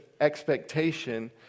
expectation